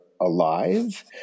alive